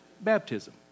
Baptism